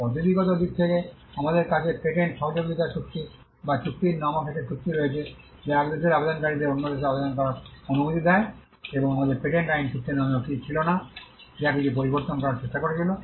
পদ্ধতিগত দিক থেকে আমাদের কাছে পেটেন্ট সহযোগিতা চুক্তি বা চুক্তির নামক একটি চুক্তি রয়েছে যা এক দেশের আবেদনকারীদের অন্য দেশে আবেদন করার অনুমতি দেয় এবং আমাদের পেটেন্ট আইন চুক্তি নামেও কিছু ছিল যা কিছু পরিবর্তন করার চেষ্টা করেছিল